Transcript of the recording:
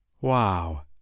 Wow